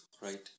Right